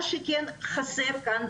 מה שכן חסר כאן,